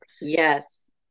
Yes